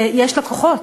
יש לקוחות,